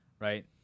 right